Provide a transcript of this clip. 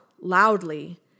loudly